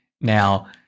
Now